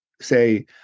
say